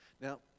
Now